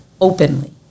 openly